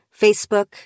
Facebook